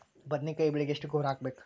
ಬದ್ನಿಕಾಯಿ ಬೆಳಿಗೆ ಎಷ್ಟ ಗೊಬ್ಬರ ಹಾಕ್ಬೇಕು?